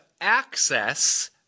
access